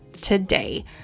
today